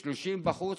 30 בחוץ,